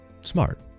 Smart